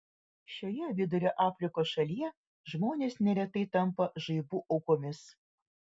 šioje vidurio afrikos šalyje žmonės neretai tampa žaibų aukomis